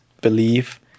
believe